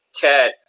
Cat